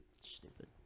Stupid